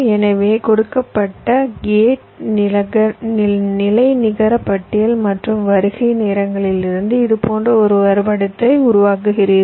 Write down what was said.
எனவே கொடுக்கப்பட்ட கேட் நிலை நிகர பட்டியல் மற்றும் வருகை நேரங்களிலிருந்து இது போன்ற ஒரு வரைபடத்தை உருவாக்குகிறீர்கள்